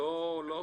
הוא לא משתחרר.